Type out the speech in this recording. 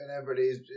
everybody's